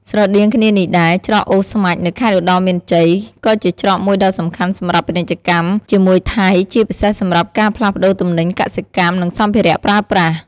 ស្រដៀងគ្នានេះដែរ ច្រកអូស្មាច់ នៅខេត្តឧត្តរមានជ័យ ក៏ជាច្រកមួយដ៏សំខាន់សម្រាប់ពាណិជ្ជកម្មជាមួយថៃ ជាពិសេសសម្រាប់ការផ្លាស់ប្តូរទំនិញកសិកម្ម និងសម្ភារៈប្រើប្រាស់។